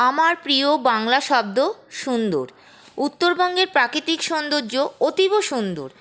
আমার প্রিয় বাংলা শব্দ সুন্দর উত্তরবঙ্গের প্রাকৃতিক সৌন্দর্য অতীব সুন্দর